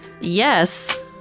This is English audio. Yes